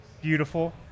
beautiful